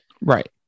Right